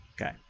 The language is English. Okay